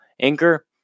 Anchor